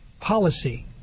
policy